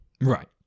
Right